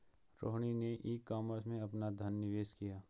रोहिणी ने e commerce में अपना धन निवेश किया